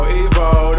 evil